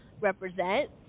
represent